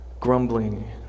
grumbling